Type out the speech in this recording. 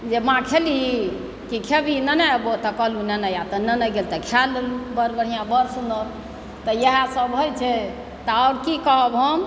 जे माँ खेलही कि खेबही लेने आबू तऽ कहलहुँ लेने आ तऽ लेने गेल तऽ खा लेलहुँ बड़ बढ़िआँ बड़ सुन्दर तऽ इएह सब होइत छै तऽ आओर की कहब हम